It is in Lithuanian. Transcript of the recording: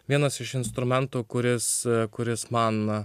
vienas iš instrumento kuris kuris man